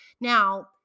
Now